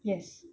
yes